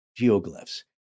geoglyphs